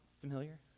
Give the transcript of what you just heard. familiar